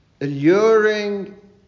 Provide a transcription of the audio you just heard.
alluring